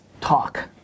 talk